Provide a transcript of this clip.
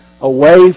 away